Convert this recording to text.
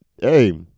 Hey